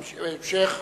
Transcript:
המשך.